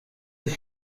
ist